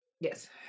Yes